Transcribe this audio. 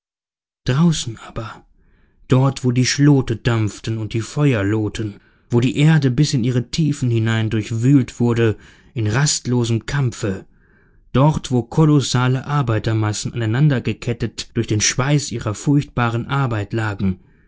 draußen aber dort wo die schlote dampften und die feuer lohten wo die erde bis in ihre tiefen hinein durchwühlt wurde in rastlosem kampfe dort wo kolossale arbeitermassen aneinander gekettet durch den schweiß ihrer furchtbaren arbeit lagen